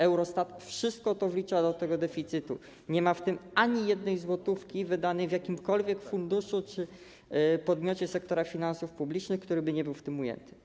Eurostat wszystko to wlicza do tego deficytu, nie ma w tym ani jednej złotówki wydanej w jakimkolwiek funduszu czy podmiocie sektora finansów publicznych, który by nie był w tym ujęty.